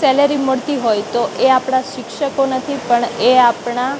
salary મળતી હોય તો એ આપણા શિક્ષકો નથી પણ એ આપણા